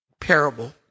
parable